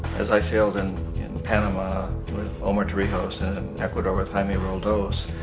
as i failed and in panama with omar torrijos and ecuador with jaime roldos,